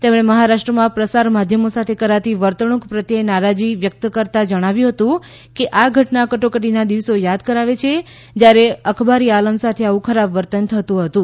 તેમણે મહારાષ્ટ્રમાં પ્રસાર માધ્યમો સાથે કરાતી વર્તણૂક પ્રત્યે નારાજી વ્યક્ત કરતાં જણાવ્યું હતું કે આ ઘટના કટોકટીના દિવસો યાદ કરાવે છે જ્યારે અખબારી આલમ સાથે આવું ખરાબ વર્તન થતું હતું